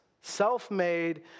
self-made